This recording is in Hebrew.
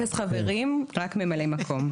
אפס חברים, רק ממלאי מקום.